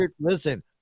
Listen